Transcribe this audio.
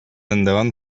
endavant